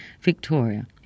Victoria